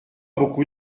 beaucoup